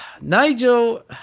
Nigel